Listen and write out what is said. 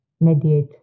mediate